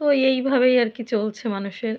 ওই এইভাবেই আর কি চলছে মানুষের